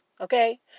Okay